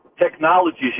technologies